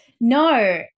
no